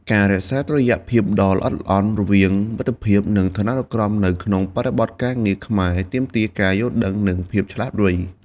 ការរក្សាតុល្យភាពដ៏ល្អិតល្អន់រវាងមិត្តភាព និងឋានានុក្រមនៅក្នុងបរិបទការងារខ្មែរទាមទារការយល់ដឹង និងភាពឆ្លាតវៃ។